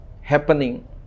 happening